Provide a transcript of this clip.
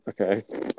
okay